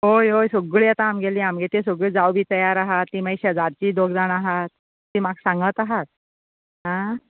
हय हय सोग्गळी येता आमगेली आमगेली सोग्गळी जाव बी तयार आसा ती मागीर शेजारची दोग जाणां आहात तीं म्हाका सांगात आहात आं